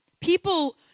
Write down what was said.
People